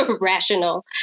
rational